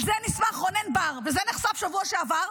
על זה נסמך רונן בר, וזה נחשף בשבוע שעבר,